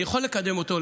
אני יכול לקדם אותו,